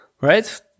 right